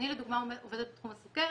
אני לדוגמה עובדת בתחום הסכרת.